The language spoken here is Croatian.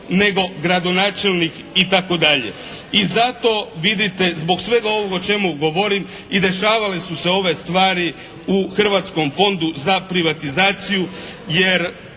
nego gradonačelnik itd. I zato vidite zbog svega ovoga o čemu govorim i dešavale su se ove stvari u Hrvatskom fondu za privatizaciju, jer